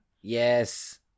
Yes